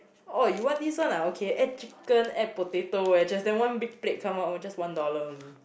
oh you want this one okay add chicken add potato wedges then one big plate come out just one dollar only